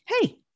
hey